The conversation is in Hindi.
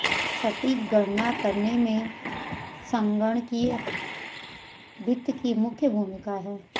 सटीक गणना करने में संगणकीय वित्त की मुख्य भूमिका है